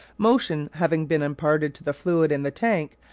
motion having been imparted to the fluid in the tank,